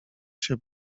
się